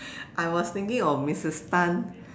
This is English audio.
I was thinking of Missus Tan